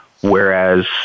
Whereas